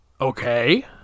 Okay